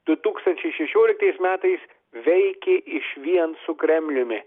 du tūkstančiai šešioliktais metais veikė išvien su kremliumi